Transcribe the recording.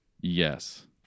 yes